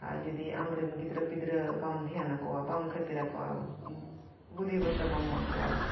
ᱟᱨ ᱡᱩᱫᱤ ᱟᱢᱨᱮᱱ ᱜᱤᱫᱽᱨᱟᱹ ᱯᱤᱫᱽᱨᱟᱹ ᱵᱟᱢ ᱫᱷᱮᱭᱟᱱᱟᱠᱚᱣᱟ ᱵᱟᱢ ᱠᱷᱟᱹᱛᱤᱨ ᱟᱠᱚᱣᱟ ᱵᱩᱫᱷᱤ ᱵᱷᱚᱨᱥᱟ ᱵᱟᱢ ᱮᱢᱟ ᱠᱚᱣᱟ